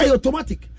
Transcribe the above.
Automatic